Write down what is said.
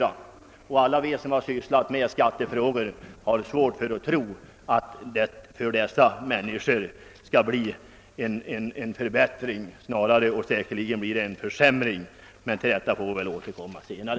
Alla som har sysslat med skattefrågor har svårt att tro att resultatet skall bli en förbättring för dessa människor; snarare blir det säkerligen en försämring. Men till detta får vi som sagt återkomma senare.